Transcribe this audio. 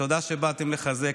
תודה שבאתן לחזק.